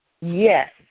Yes